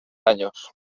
años